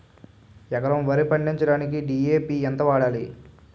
ఎకరం వరి పండించటానికి డి.ఎ.పి ఎంత వాడాలి?